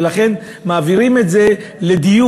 ולכן מעבירים את זה לדיון,